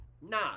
Nah